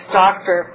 doctor